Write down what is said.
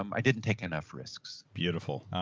um i didn't take enough risks. beautiful.